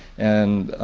and,